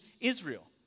Israel